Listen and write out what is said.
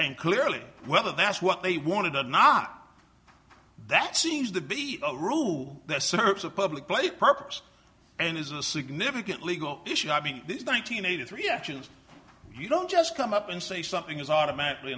and clearly whether that's what they wanted or not that seems to be a rule that serves of public play purpose and is a significant legal issue i mean this is one nine hundred eighty three actions you don't just come up and say something is automatically